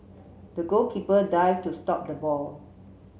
the goalkeeper dived to stop the ball